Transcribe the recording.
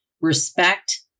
respect